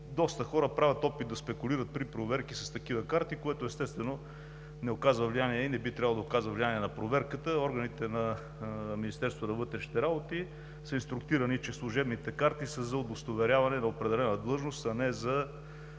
Доста хора правят опит да спекулират при проверки с такива карти. Това, естествено, не оказва влияние, а и не би трябвало да оказва влияние на проверката. Органите на Министерство на вътрешните работи са инструктирани, че служебните карти са за удостоверяване на определена длъжност, а не за